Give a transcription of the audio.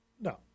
No